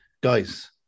guys